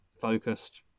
focused